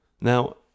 Now